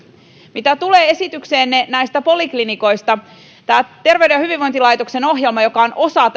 mitä tulee esitykseenne näistä poliklinikoista tämä terveyden ja hyvinvoinnin laitoksen ohjelma joka on osa